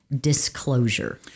disclosure